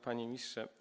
Panie Ministrze!